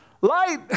light